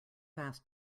fast